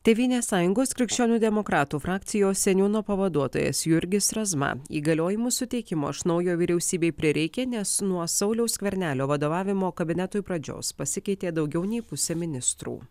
tėvynės sąjungos krikščionių demokratų frakcijos seniūno pavaduotojas jurgis razma įgaliojimų suteikimo iš naujo vyriausybei prireikė nes nuo sauliaus skvernelio vadovavimo kabinetui pradžios pasikeitė daugiau nei pusė ministrų